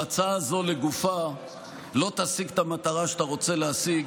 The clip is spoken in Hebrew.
ההצעה הזאת לגופה לא תשיג את המטרה שאתה רוצה להשיג.